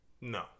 No